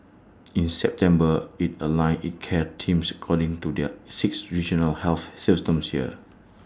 in September IT aligned its care teams according to their six regional health systems here